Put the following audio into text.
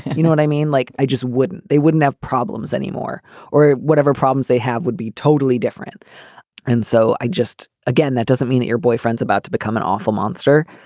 you know what i mean? like, i just wouldn't they wouldn't have problems anymore or whatever problems they have would be totally different and so i just. again, that doesn't mean that your boyfriend's about to become an awful monster.